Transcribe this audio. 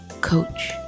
coach